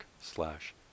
slash